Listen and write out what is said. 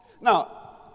Now